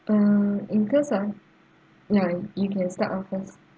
mm in case ah ya you can start off first